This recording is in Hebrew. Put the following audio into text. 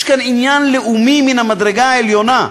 יש כאן עניין לאומי מן המדרגה העליונה.